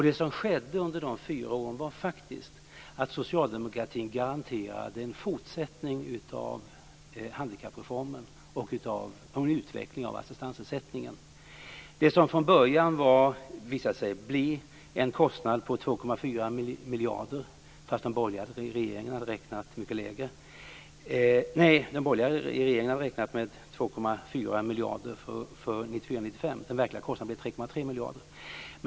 Det som skedde under dessa fyra år var faktiskt att socialdemokratin garanterade en fortsättning av handikappreformen och en utveckling av assistansersättningen. Den borgerliga regeringen hade räknat med en kostnad på 2,4 miljarder för 1994/95. Den verkliga kostnaden blev 3,3 miljarder.